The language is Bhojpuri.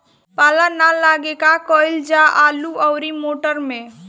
पाला न लागे का कयिल जा आलू औरी मटर मैं?